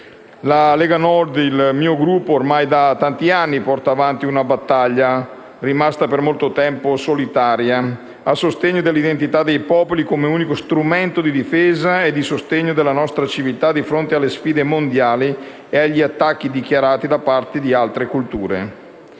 La Lega Nord, il mio Gruppo, ormai da tanti anni porta avanti una battaglia, rimasta per molto tempo solitaria, a sostegno dell'identità dei popoli come unico strumento di difesa e di sostegno della nostra civiltà di fronte alle sfide mondiali e agli attacchi dichiarati da parte di altre culture.